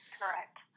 Correct